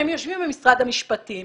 הם יושבים במשרד המשפטים,